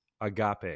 Agape